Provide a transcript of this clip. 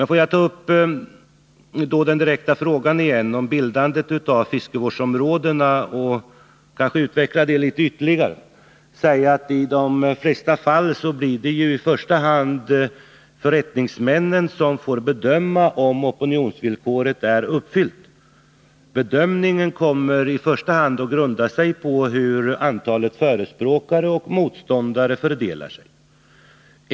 Får jag sedan återigen ta upp den direkta frågan om bildandet av fiskevårdsområden och ytterligare utveckla det resonemanget. I de flesta fall blir det förrättningsmännen som i första hand får bedöma om opinionsvillkoret är uppfyllt. Bedömningen kommer i första hand att grunda sig på hur antalet förespråkare resp. motståndare fördelar sig.